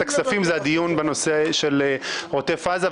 הכספים הוא הדיון בנושא עוטף עזה.